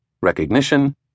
recognition